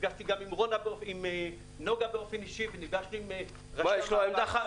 נפגשתי גם עם נגה באופן אישי ונפגשתי עם ראשי המאבק.